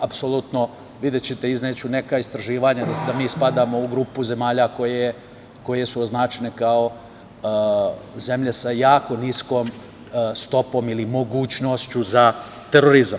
Apsolutno, videćete, izneću neka istraživanja da mi spadamo u grupu zemalja koje su označene kao zemlje sa jako niskom stopom ili mogućnošću za terorizam.